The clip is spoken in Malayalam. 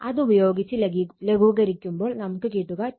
അത് ഉപയോഗിച്ച് ലഘൂകരിക്കുമ്പോൾ നമുക്ക് കിട്ടുക 2